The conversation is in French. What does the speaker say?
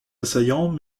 assaillants